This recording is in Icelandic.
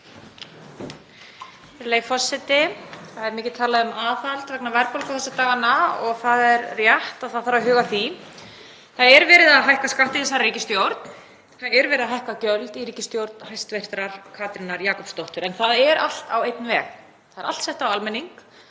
Það er mikið talað um aðhald vegna verðbólgu þessa dagana og rétt er að það þarf að huga að því. Það er verið að hækka skatta í þessari ríkisstjórn og verið er að hækka gjöld í hæstv. ríkisstjórn Katrínar Jakobsdóttur, en það er allt á einn veg. Það er allt sett á almenning